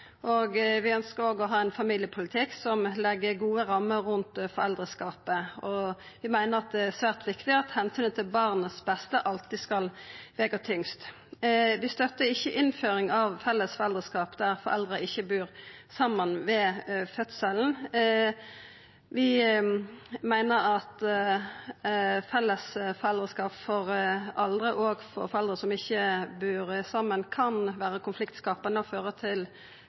og vi ønskjer også ein familiepolitikk som legg gode rammer rundt foreldreskapet. Vi meiner det er svært viktig at omsynet til det som er best for barnet, alltid skal vega tyngst. Vi støttar ikkje innføring av felles foreldreskap der foreldra ikkje bur saman ved fødselen. Vi meiner at felles foreldreskap for foreldre som ikkje bur saman, kan vera konfliktskapande og føra til